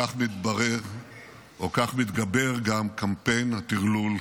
כך מתברר או כך מתגבר גם קמפיין הטרלול.